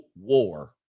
war